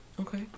Okay